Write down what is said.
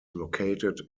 located